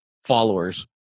Followers